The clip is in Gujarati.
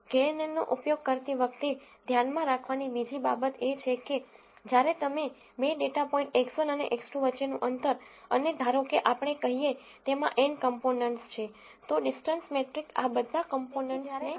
કેએનએન નો ઉપયોગ કરતી વખતે ધ્યાનમાં રાખવાની બીજી બાબત એ છે કે જ્યારે તમે બે ડેટા પોઇન્ટ X 1 અને X 2 વચ્ચેનું અંતર અને ધારોકે આપણે કહીએ તેમાં n કમ્પોનેન્ટસ છે તો ડીસટન્સ મેટ્રિક આ બધા કમ્પોનેન્ટસને ધ્યાન માં લેશે